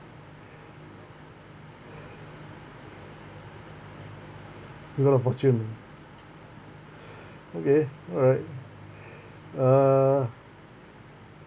god of fortune okay all right uh